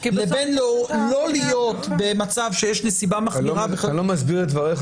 לבין לא להיות במצב שיש נסיבה מחמירה בכלל --- אתה לא מסביר בדבריך